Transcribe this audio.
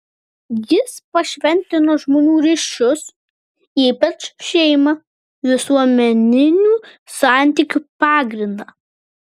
jis pašventino žmonių ryšius ypač šeimą visuomeninių santykių pagrindą